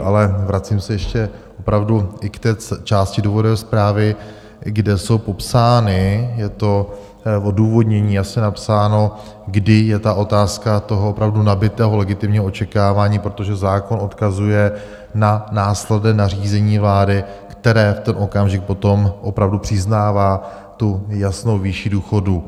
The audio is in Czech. Ale vracím se ještě opravdu i k té části důvodové zprávy, kde jsou popsány, je to odůvodnění jasně napsáno, kdy je ta otázka toho opravdu nabytého legitimního očekávání, protože zákon odkazuje na následné nařízení vlády, které v ten okamžik potom opravdu přiznává tu jasnou výši důchodů.